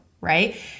Right